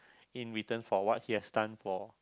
in return for what he has done for